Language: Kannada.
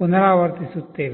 ಪುನರಾವರ್ತಿಸುತ್ತೇವೆ